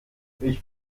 ich